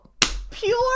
Pure